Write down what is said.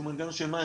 שהוא מנגנון של מים,